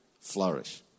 flourish